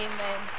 Amen